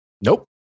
Nope